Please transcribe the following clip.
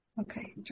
Okay